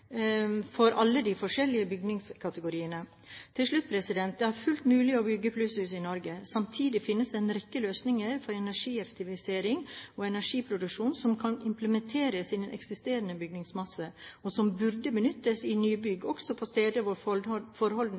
for alle de forskjellige bygningskategoriene. Til slutt: Det er fullt mulig å bygge plusshus i Norge. Samtidig finnes det en rekke løsninger for energieffektivisering og energiproduksjon som kan implementeres i den eksisterende byggmassen, og som burde benyttes i nybygg også på steder hvor forholdene